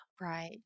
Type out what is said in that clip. Right